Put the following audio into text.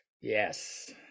Yes